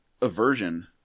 aversion